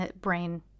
brain